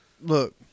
Look